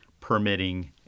permitting